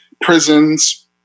Prisons